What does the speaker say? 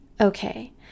Okay